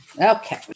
okay